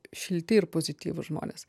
šilti ir pozityvūs žmonės